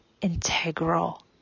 integral